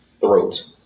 throat